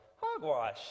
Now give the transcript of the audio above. Hogwash